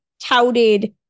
touted